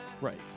Right